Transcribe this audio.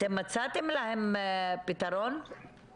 מצאתם להם פתרון?